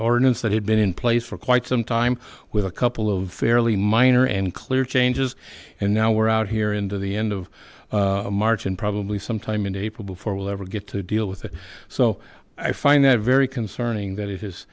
ordinance that had been in place for quite some time with a couple of fairly minor and clear changes and now we're out here into the end of march and probably sometime in april before we'll ever get to deal with it so i find that very concerning tha